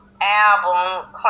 album